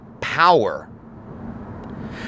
power